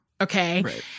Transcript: okay